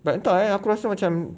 but untuk I aku rasa macam